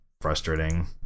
frustrating